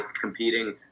competing